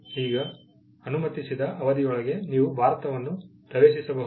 ಈಗ ಅನುಮತಿಸಿದ ಅವಧಿಯೊಳಗೆ ನೀವು ಭಾರತವನ್ನು ಪ್ರವೇಶಿಸಬಹುದು